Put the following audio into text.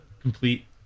complete